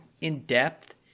in-depth